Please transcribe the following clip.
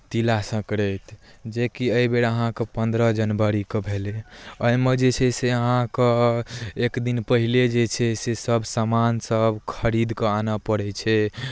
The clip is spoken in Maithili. तिला संक्रान्ति जेकि एहि बेर अहाँकेँ पन्द्रह जनवरीकेँ भेलै ओहिमे जे छै से अहाँके एक दिन पहिले जे छै से सभ सामानसभ खरीद कऽ आनय पड़ै छै